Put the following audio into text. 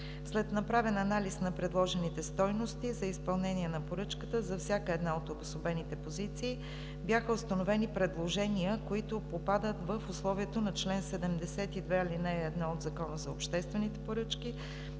След направен анализ на предложените стойности за изпълнение на поръчката, за всяка една от обособените позиции бяха установени предложения, които попадат в условието на чл. 72, ал. 1 от Закона за обществените поръчки,